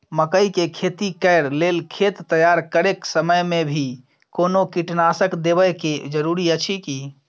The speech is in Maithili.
मकई के खेती कैर लेल खेत तैयार करैक समय मे भी कोनो कीटनासक देबै के जरूरी अछि की?